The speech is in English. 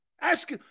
Ask